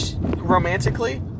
Romantically